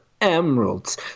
emeralds